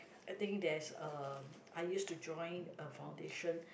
I think there is a hire to join a foundation